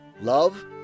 love